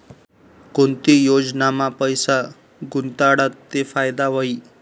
कोणती योजनामा पैसा गुताडात ते फायदा व्हई?